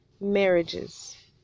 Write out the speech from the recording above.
marriages